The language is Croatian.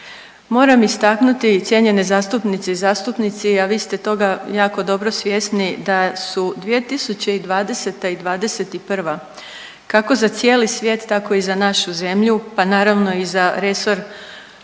Moram istaknuti cijenjene zastupnice i zastupnici, a vi ste toga jako dobro svjesni da su 2020. i 2021. kako za cijeli svijet, tako i za našu zemlju, pa naravno i za resor